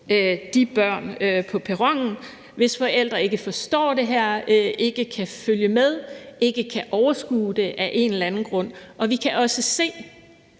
de børn på perronen, hvis forældre ikke forstår det her, ikke kan følge med, ikke kan overskue det af en eller anden grund. Vi kan også se